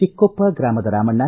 ಚಿಕ್ಕೊಪ್ಪ ಗ್ರಾಮದ ರಾಮಣ್ಣ